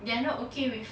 they are not okay with